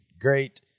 Great